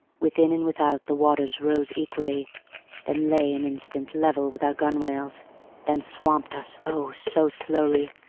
within and without the waters rose equally then lay an instant level with our gunwales then swamped us, oh! so slowly,